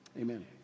Amen